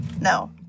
no